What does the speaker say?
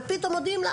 ופתאום מודיעים לה,